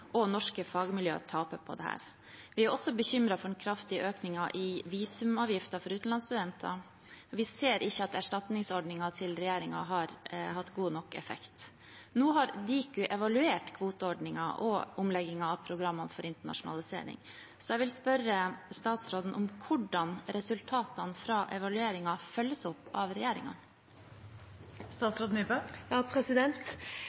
og norske fagmiljø taper på det. Vi er også bekymret over den kraftige økningen av visumavgiften for utenlandsstudenter. Vi ser ikke at regjeringens erstatningsordninger har hatt god nok effekt. Nå har Diku, Direktoratet for internasjonalisering og kvalitetsutvikling i høyere utdanning, evaluert kvoteordningen og omleggingen av programmene for internasjonalisering. Jeg vil spørre statsråden om hvordan resultatene av evalueringen følges opp av